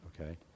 Okay